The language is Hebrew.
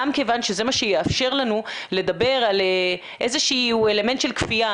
גם כיוון שזה מה שיאפשר לנו לדבר על איזה שהוא אלמנט של כפיה.